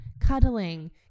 cuddling